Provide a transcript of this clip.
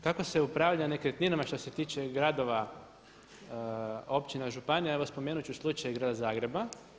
Kako se upravlja nekretninama što se tiče gradova općina, županija, evo spomenuti ću slučaj grada Zagreba.